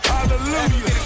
Hallelujah